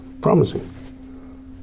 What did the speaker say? promising